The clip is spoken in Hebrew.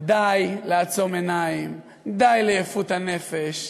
די לעצום עין, די ליפי הנפש,